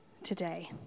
today